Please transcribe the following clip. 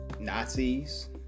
Nazis